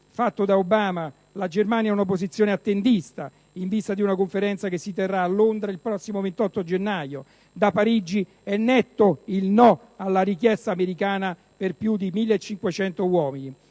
fatto da Obama, la Germania esprime una posizione attendista, in vista della conferenza che si terrà a Londra il prossimo 28 gennaio. Da Parigi è netto il no alla richiesta americana per 1.500 uomini